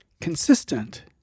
consistent